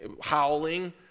howling